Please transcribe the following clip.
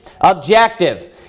objective